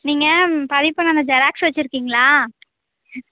நீங்க பதிவு பண்ண அந்த ஜெராக்ஸ் வச்சுருக்கீங்களா